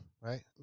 right